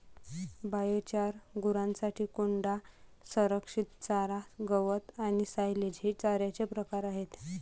biochar, गुरांसाठी कोंडा, संरक्षित चारा, गवत आणि सायलेज हे चाऱ्याचे प्रकार आहेत